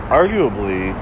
arguably